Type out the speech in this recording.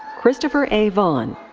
christopher a. vaughn.